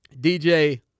DJ